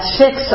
six